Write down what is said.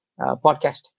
podcast